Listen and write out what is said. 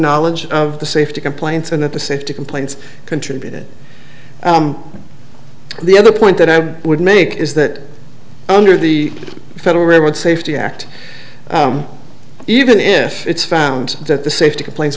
knowledge of the safety complaints and that the safety complaints contributed to the other point that i would make is that under the federal railroad safety act even if it's found that the safety complain